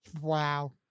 wow